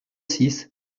six